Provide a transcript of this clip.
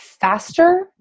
faster